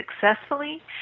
successfully